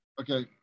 okay